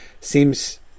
seems